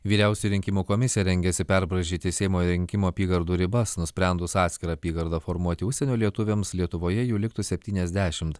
vyriausioji rinkimų komisija rengiasi perbraižyti seimo rinkimų apygardų ribas nusprendus atskirą apygardą formuoti užsienio lietuviams lietuvoje jų liktų septyniasdešimt